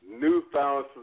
newfound